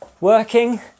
working